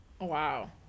Wow